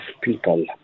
people